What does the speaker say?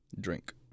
drink